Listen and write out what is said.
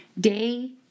Day